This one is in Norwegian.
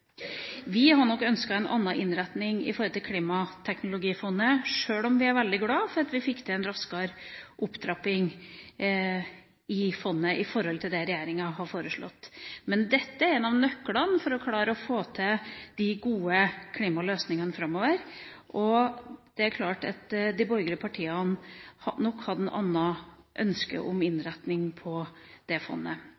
Vi hadde nok ønsket en annen innretning når det gjelder klimateknologifondet, selv om vi er veldig glade for at vi fikk til en raskere opptrapping i fondet enn det regjeringa har foreslått. Dette er en av nøklene for å klare å få til de gode klimaløsningene framover. Det er klart at de borgerlige partiene nok hadde et annet ønske om